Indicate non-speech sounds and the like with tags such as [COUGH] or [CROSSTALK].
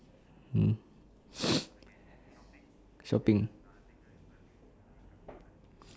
mm [NOISE] shopping